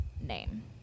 name